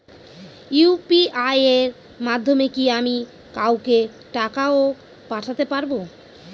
UPI এর মাধ্যমে কি আমি কাউকে টাকা ও পাঠাতে পারবো?